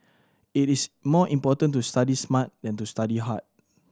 it is more important to study smart than to study hard